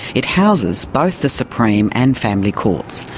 it houses both the supreme and family courts,